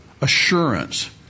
assurance